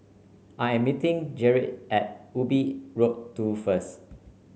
I am meeting Gerrit at Ubi Road Two first